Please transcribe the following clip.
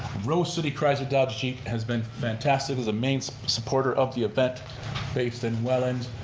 rose city chrysler dodge jeep has been fantastic as a main supporter of the event based in welland.